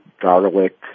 garlic